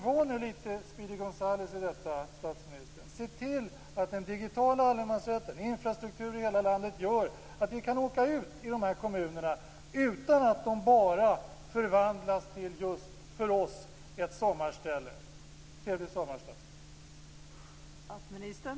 Var nu lite Speedy Gonzales, statsministern. Se till att den digitala allemansrätten, infrastruktur i hela landet, gör att vi kan åka ut till de här kommunerna utan att de förvandlas till bara sommarställe för oss. Trevlig sommar, statsministern!